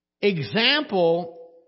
Example